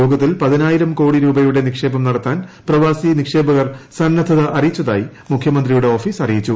യോഗത്തിൽ പതിനായിരം കോടി രൂപയുടെ നിക്ഷേപം നടത്താൻ പ്രവാസി നിക്ഷേപകർ സന്നദ്ധത അറിയിച്ചതായി മുഖ്യമന്ത്രിയുടെ ഓഫീസ് അറിയിച്ചു